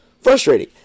frustrating